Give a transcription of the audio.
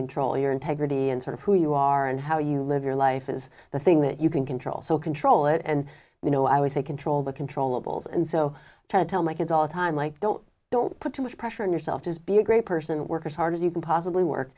control your integrity and sort of who you are and how you live your life is the thing that you can control so control it and you know i was a control the controllable zz and so i try to tell my kids all the time like don't don't put too much pressure on yourself just be a great person and work as hard as you can possibly work